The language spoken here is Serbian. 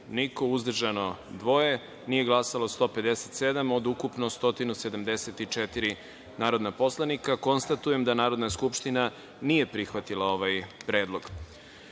niko, uzdržana – dva, nije glasalo - 157, od ukupno 174 narodna poslanika. Konstatujem da Narodna skupština nije prihvatila ovaj predlog. Narodni